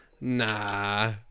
Nah